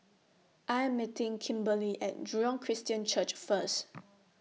I Am meeting Kimberlie At Jurong Christian Church First